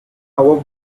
hour